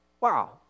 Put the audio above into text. wow